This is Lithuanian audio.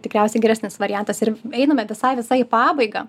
tikriausiai geresnis variantas ir einame visai visai į pabaigą